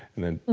and then.